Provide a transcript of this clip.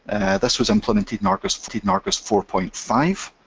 this was implemented in argos in argos four point five.